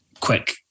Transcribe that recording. quick